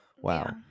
wow